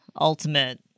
ultimate